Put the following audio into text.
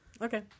Okay